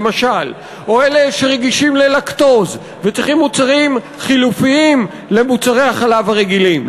או אלה שרגישים ללקטוז וצריכים מוצרים חלופיים למוצרי החלב הרגילים.